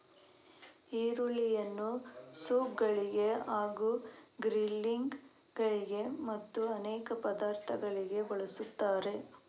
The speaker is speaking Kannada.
ಈರುಳ್ಳಿಯನ್ನು ಸೂಪ್ ಗಳಿಗೆ ಹಾಗೂ ಗ್ರಿಲ್ಲಿಂಗ್ ಗಳಿಗೆ ಮತ್ತು ಅನೇಕ ಪದಾರ್ಥಗಳಿಗೆ ಬಳಸುತ್ತಾರೆ